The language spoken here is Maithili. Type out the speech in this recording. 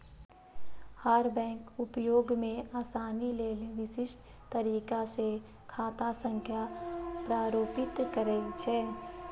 हर बैंक उपयोग मे आसानी लेल विशिष्ट तरीका सं खाता संख्या प्रारूपित करै छै